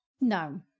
No